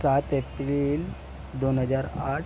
सात एप्रिल दोन हजार आठ